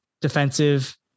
defensive